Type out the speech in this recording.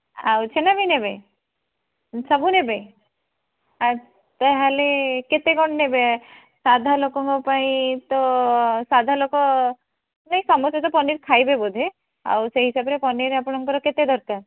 ଆଉ ଛେନା ବି ନେବେ ସବୁ ନେବେ ଆଉ ତା'ହେଲେ କେତେ କ'ଣ ନେବେ ସାଧାଲୋକଙ୍କ ପାଇଁ ତ ସାଧାଲୋକ ନାଇଁ ସମସ୍ତେ ତ ପନିର୍ ଖାଇବେ ବୋଧେ ଆଉ ସେହି ହିସାବରେ ପନିର୍ ଆପଣଙ୍କର କେତେ ଦରକାର